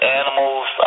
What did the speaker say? animals